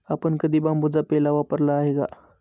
आपण कधी बांबूचा पेला वापरला आहे का?